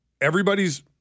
Everybody's